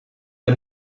the